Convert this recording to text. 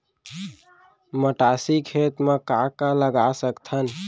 मटासी खेत म का का लगा सकथन?